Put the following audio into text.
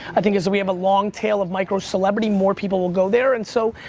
i think as we have a long tail of micro-celebrity, more people will go there. and so,